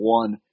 one